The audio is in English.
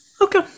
okay